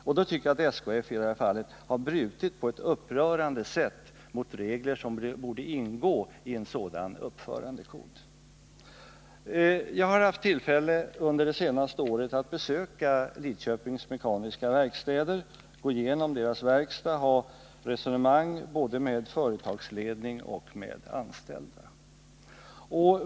Och då tycker jag att SKF på ett upprörande sätt har brutit mot de regler som borde ingå i en sådan uppförandekod. Jag har haft tillfälle under det senaste året att besöka Lidköpings Mekaniska Verkstad, att gå igenom verkstaden och föra resonemang både med företagsledningen och med de anställda.